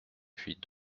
puis